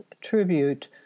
tribute